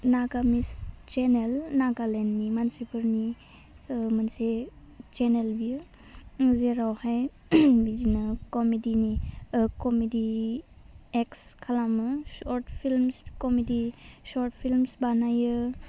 नागामिस्ट सेनाल नागालेण्डनि मानसिफोरनि मोनसे सेनेल बियो जेरावहाय बिदिनो कमिडिनि कमिडि एक्स खालामो short films comedy short films बानायो